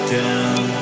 down